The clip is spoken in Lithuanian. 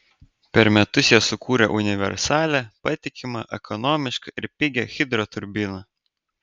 per metus jie sukūrė universalią patikimą ekonomišką ir pigią hidroturbiną